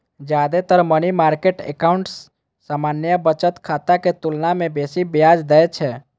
जादेतर money market account सामान्य बचत खाता के तुलना मे बेसी ब्याज दै छै